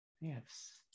Yes